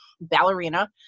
ballerina